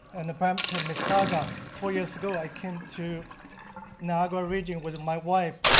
and brampton, mississauga. four years ago, i came to niagara region with my wife.